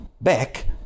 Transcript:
back